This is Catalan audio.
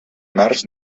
març